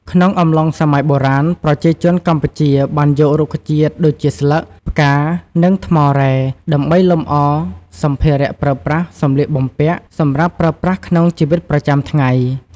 ក្នុងអំឡុងសម័យបុរាណ ប្រជាជនកម្ពុជាបានយករុក្ខជាតិដូចជាស្លឹក ផ្កា និងថ្មរ៉ែ ដើម្បីលម្អសម្ភារៈប្រើប្រាស់ សម្លៀកបំពាក់ សម្រាប់ប្រើប្រាស់ក្នុងជីវិតប្រចាំថ្ងៃ។។